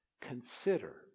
Consider